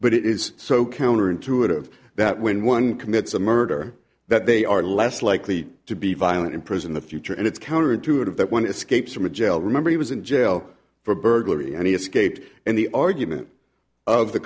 but it is so counterintuitive that when one commits a murder that they are less likely to be violent in prison the future and it's counterintuitive that one escapes from a jail remember he was in jail for burglary and he escaped and the argument of the